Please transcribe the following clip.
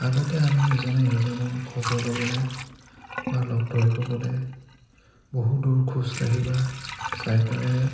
আগতে আমি ইজনে সিজনৰ খবৰ ল'বলৈ বা লগ ধৰিব গ'লে বহু দূৰ খোজকাঢ়ি বা চাইকেলেৰে